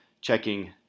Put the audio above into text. checking